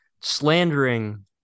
slandering